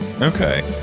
okay